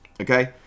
okay